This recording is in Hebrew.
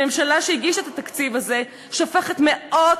הממשלה שהגישה את התקציב הזה שופכת מאות